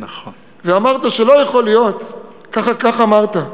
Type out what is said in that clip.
אמרת שלא יכול להיות, כך אמרת: